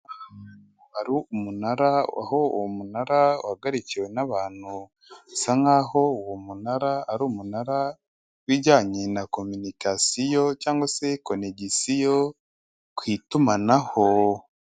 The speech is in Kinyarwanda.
Hari umunara, aho uwo munara uhagarikiwe n'abantu, bisa nkaho uwo munara ari umunara w'ibijyanye na kominikasiyo cyangwa se konegitisiyo ku itumanaho.